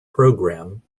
program